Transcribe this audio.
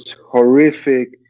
horrific